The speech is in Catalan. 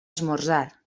esmorzar